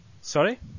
Sorry